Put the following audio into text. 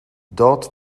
dort